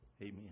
Amen